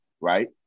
right